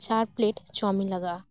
ᱪᱟᱨ ᱯᱞᱮᱴ ᱪᱟᱣᱢᱤᱱ ᱞᱟᱜᱟᱜᱼᱟ